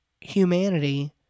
humanity